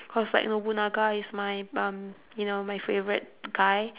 cause like nobunaga is my um you know my favourite guy